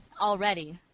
already